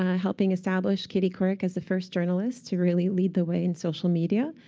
helping establish katie couric as the first journalist to really lead the way in social media.